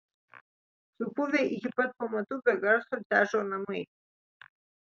supuvę iki pat pamatų be garso težo namai